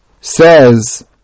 says